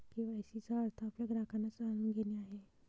KYC चा अर्थ आपल्या ग्राहकांना जाणून घेणे आहे